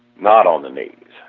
not on the knees.